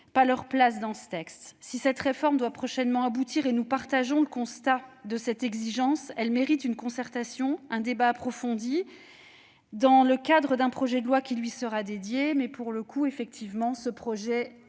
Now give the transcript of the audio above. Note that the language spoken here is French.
pas leur place dans ce texte. Si cette réforme doit prochainement aboutir, et nous partageons le constat de cette exigence, elle mérite une concertation et un débat approfondis, dans le cadre d'un projet de loi qui lui sera dédié, même si, pour l'instant, cette